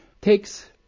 takes